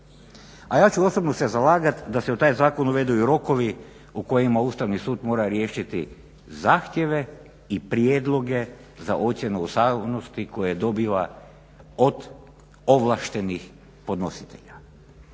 a ja ću osobno se zalagati da se u taj zakon uvedu i rokovi u kojima Ustavni sud mora riješiti zahtjeve i prijedloge za ocjenu ustavnosti koje dobiva od ovlaštenih podnositelja.